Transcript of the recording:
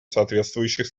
соответствующих